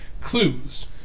clues